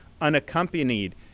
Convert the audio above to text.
unaccompanied